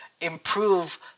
improve